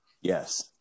yes